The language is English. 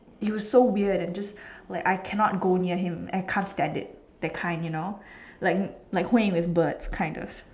he was so weird and just like I cannot go near him I can't stand it that kind you know like like Hui-Ying with birds kind of